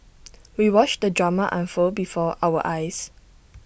we watched the drama unfold before our eyes